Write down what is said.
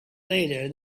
later